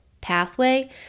pathway